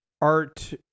Art